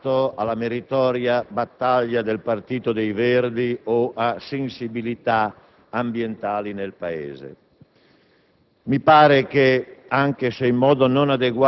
pubblica, un problema riservato alla meritoria battaglia del partito dei Verdi o alle sensibilità ambientali del Paese.